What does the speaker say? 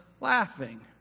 laughing